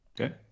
Okay